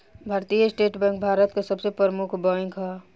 भारतीय state bank Bharat के सबसे प्रमुख बैंक ह